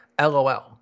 lol